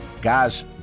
Guys